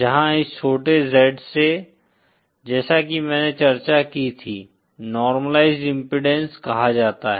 जहां इस छोटे z से जैसा कि मैंने चर्चा की थी नॉर्मलाइज़्ड इम्पीडेन्स कहा जाता है